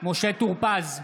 משה טור פז,